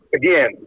again